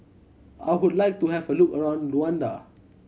I would like to have a look around Luanda